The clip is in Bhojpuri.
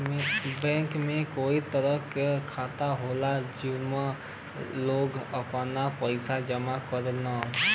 बैंक में कई तरह क खाता होला जेमन लोग आपन पइसा जमा करेलन